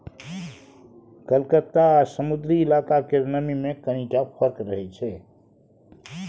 कलकत्ता आ समुद्री इलाका केर नमी मे कनिटा फर्क रहै छै